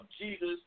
Jesus